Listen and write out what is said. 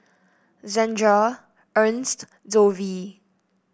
Zandra Ernst Dovie